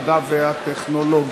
המדע והטכנולוגיה.